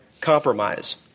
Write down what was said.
compromise